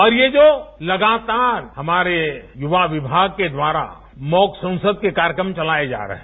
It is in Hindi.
और ये जो लगातार हमारे युवा विभाग के द्वारा मॉक संसद के कार्यक्रम चलाये जा रहे हैं